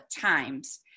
times